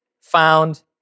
found